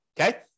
okay